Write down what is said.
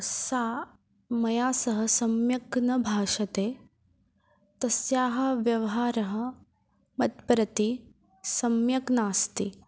सा मया सह सम्यक् न भाषते तस्याः व्यवहारः मत् प्रति सम्यक् नास्ति